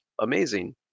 amazing